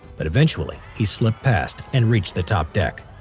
but eventually he slipped passed, and reached the top deck.